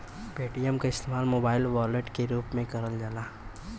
Paytm क इस्तेमाल mobile wallet के रूप में करल जाला